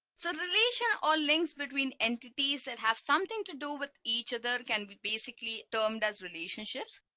so the relation or links between entities that have something to do with each other can be basically termed as relationships.